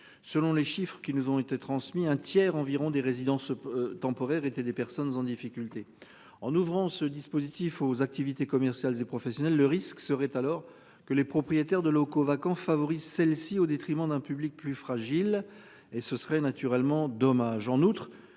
Selon les chiffres qui nous ont été transmis. Un tiers environ des résidences. Temporaires étaient des personnes en difficulté. En ouvrant ce dispositif aux activités commerciales des professionnels. Le risque serait alors que les propriétaires de locaux vacants favorise celle-ci au détriment d'un public plus fragile et ce serait naturellement d'hommage